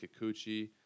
Kikuchi